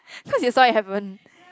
so you saw it happen